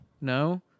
no